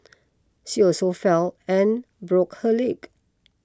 she also fell and broke her leg